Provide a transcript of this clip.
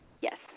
Yes